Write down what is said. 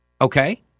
Okay